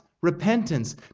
repentance